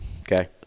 okay